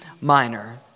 minor